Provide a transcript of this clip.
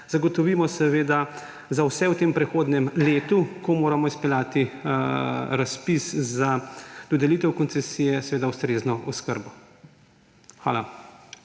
zagotovimo seveda za vse v tem prehodnem letu, ko moramo izpeljati razpis za dodelitev koncesije, seveda ustrezno oskrbo. Hvala.